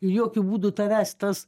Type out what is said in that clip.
ir jokiu būdu tavęs tas